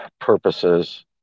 purposes